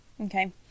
okay